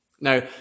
Now